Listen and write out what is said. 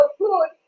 good